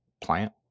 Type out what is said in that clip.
plant